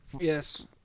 Yes